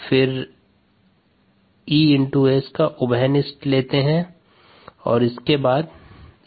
इसके बाद 𝑬𝑺 𝒌𝟏𝐸𝑡 𝑺 𝒌𝟐 𝒌𝟑 𝒌𝟏𝑺 प्राप्त होता हैं